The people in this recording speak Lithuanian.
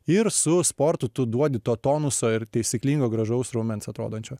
ir su sportu tu duodi to tonuso ir taisyklingo gražaus raumens atrodančio